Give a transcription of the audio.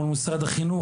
מול משרד החינוך,